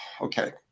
okay